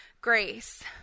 grace